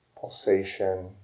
pulsation